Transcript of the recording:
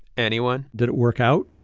anyone? did it work out?